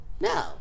No